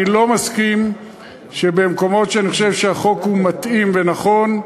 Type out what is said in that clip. אני לא מסכים שבמקומות שאני חושב שהחוק הוא מתאים ונכון,